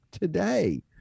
today